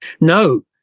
No